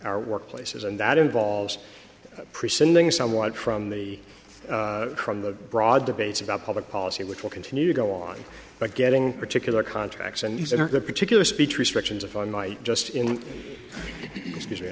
our workplaces and that involves presenting someone from the crime the broad debates about public policy which will continue to go on but getting particular contracts and these are not the particular speech restrictions of on my just in excuse me